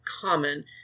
common